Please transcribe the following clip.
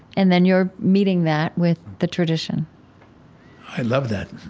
and then you're meeting that with the tradition i love that.